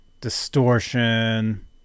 distortion